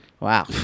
Wow